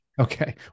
Okay